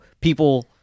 people